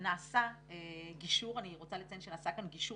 נעשה גישור ואני רוצה לציין שנעשה כאן גישור